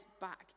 back